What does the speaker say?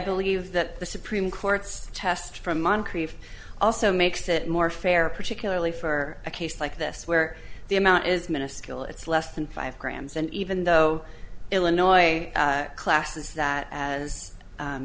believe that the supreme court's test from moncrief also makes it more fair particularly for a case like this where the amount is minuscule it's less than five grams and even though illinois classes that as